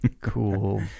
Cool